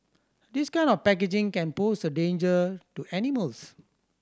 this kind of packaging can pose a danger to animals